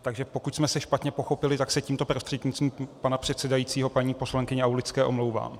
Takže pokud jsme se špatně pochopili, tak se tímto prostřednictvím pana předsedajícího paní poslankyni Aulické omlouvám.